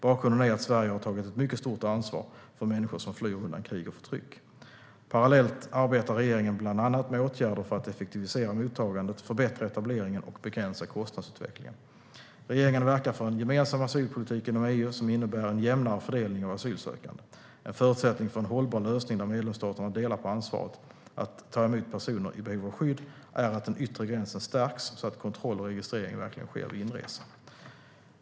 Bakgrunden är att Sverige har tagit ett mycket stort ansvar för människor som flyr undan krig och förtryck. Parallellt arbetar regeringen bland annat med åtgärder för att effektivisera mottagandet, förbättra etableringen och begränsa kostnadsutvecklingen. Regeringen verkar för en gemensam asylpolitik inom EU som innebär en jämnare fördelning av asylsökande. En förutsättning för en hållbar lösning där medlemsstaterna delar på ansvaret för att ta emot personer i behov av skydd är att den yttre gränsen stärks, så att kontroll och registrering verkligen sker vid inresa.